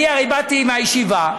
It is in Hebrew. אני הרי באתי מהישיבה,